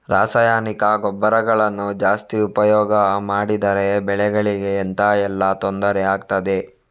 ರಾಸಾಯನಿಕ ಗೊಬ್ಬರಗಳನ್ನು ಜಾಸ್ತಿ ಉಪಯೋಗ ಮಾಡಿದರೆ ಬೆಳೆಗಳಿಗೆ ಎಂತ ಎಲ್ಲಾ ತೊಂದ್ರೆ ಆಗ್ತದೆ?